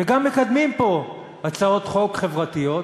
וגם מקדמים פה הצעות חוק חברתיות,